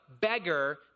beggar